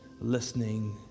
listening